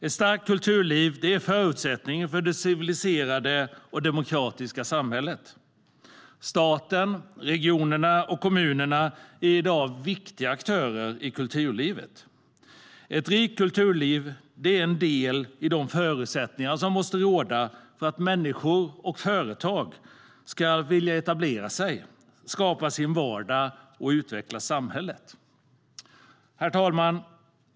Ett starkt kulturliv är en förutsättning för det civiliserade och demokratiska samhället. Staten, regionerna och kommunerna är i dag viktiga aktörer i kulturlivet. Ett rikt kulturliv är en del i de förutsättningar som måste råda för att människor och företag ska vilja etablera sig, skapa sin vardag och utveckla samhället. Herr talman!